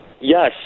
yes